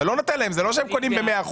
אתה לא נותן להם, זה לא שהם קונים במאה אחוז.